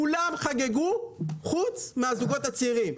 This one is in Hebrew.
כולם חגגו, חוץ מהזוגות הצעירים.